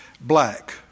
black